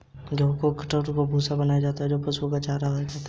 गेहूं के डंठल से भूसा बनाया जाता है जो पशुओं का चारा है